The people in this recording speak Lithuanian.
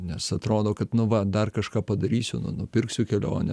nes atrodo kad nu va dar kažką padarysiu nu nupirksiu kelionę